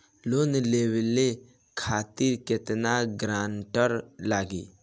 Loan लेवे खातिर केतना ग्रानटर लागी?